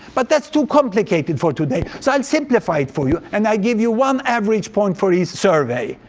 but that's too complicated for today, so i'll simplify it for you, and i give you one average point for each survey.